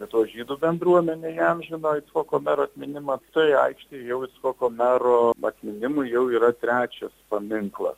lietuvos žydų bendruomenė įamžino icchoko mero atminimą toje aikštėje jau icchoko mero atminimui jau yra trečias paminklas